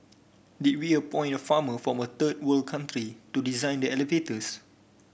did we appoint a farmer from a third world country to design the elevators